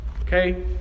Okay